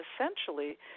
essentially